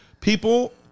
People